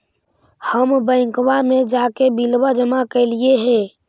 हम बैंकवा मे जाके बिलवा जमा कैलिऐ हे?